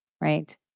right